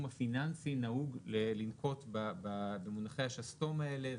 הפיננסי נהוג לנקוט במונחי השסתום האלה.